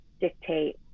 dictate